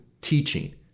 teaching